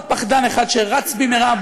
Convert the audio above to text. עוד פחדן אחד שרץ במהרה,